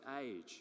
age